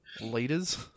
leaders